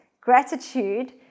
Gratitude